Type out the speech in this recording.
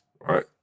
right